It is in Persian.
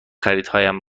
خریدهایم